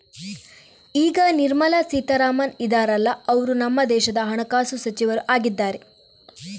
ಈಗ ನಿರ್ಮಲಾ ಸೀತಾರಾಮನ್ ಇದಾರಲ್ಲ ಅವ್ರು ನಮ್ಮ ದೇಶದ ಹಣಕಾಸು ಸಚಿವರು ಆಗಿದ್ದಾರೆ